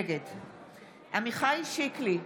נגד עמיחי שיקלי,